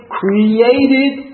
created